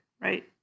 right